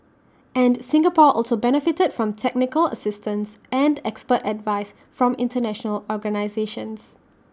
and Singapore also benefited from technical assistance and expert advice from International organisations